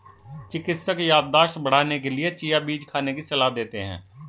चिकित्सक याददाश्त बढ़ाने के लिए चिया बीज खाने की सलाह देते हैं